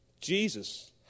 Jesus